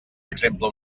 exemple